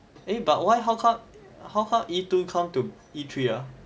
eh but why how come how how E two come to E three ah